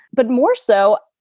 but more so,